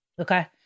Okay